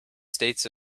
states